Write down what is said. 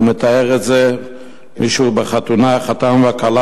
ומתאר את זה מישהו בחתונה: החתן והכלה